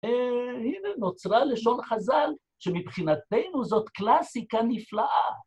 הנה, נוצרה לשון חזל, שמבחינתנו זאת קלאסיקה נפלאה.